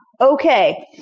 okay